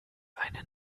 einen